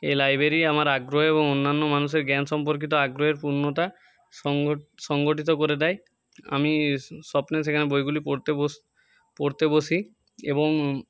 এই লাইব্ৰেরি আমার আগ্রহ এবং অন্যান্য মানুষের জ্ঞান সম্পর্কিত আগ্রহের সংগঠিত করে দেয় আমি স্বপ্নে সেখানে বইগুলি পড়িতে পড়তে বসি এবং